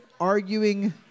arguing